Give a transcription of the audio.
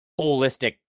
holistic